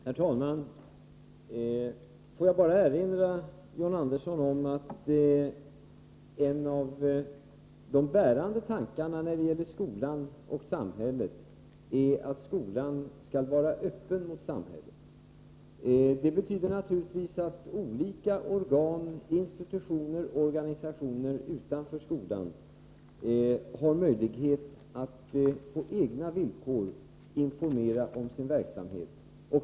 Herr talman! Får jag bara erinra John Andersson om att en av de bärande tankarna när det gäller förhållandet mellan skolan och samhället är att skolan skall vara öppen mot samhället. Det betyder naturligtvis att olika organ, institutioner och organisationer utanför skolan har möjlighet att på egna villkor informera om sin verksamhet.